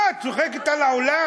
מה, את צוחקת על העולם?